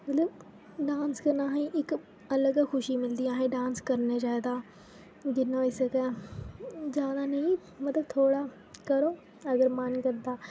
मतलव डांस कन्नै आहें इक अलग खुशी मिलदी ऐ आहें डांस करना चाहिदा जिन्ना होई सके जैदा निं मतलब थोह्ड़ा करो अगर मन करदा